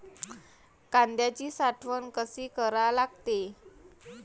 कांद्याची साठवन कसी करा लागते?